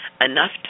Enough